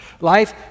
Life